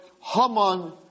Haman